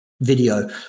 video